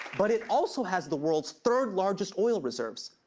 but it also has the world's third-largest oil reserves,